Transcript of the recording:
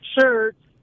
shirts